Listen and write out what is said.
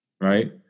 right